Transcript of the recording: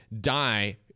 die